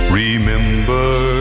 remember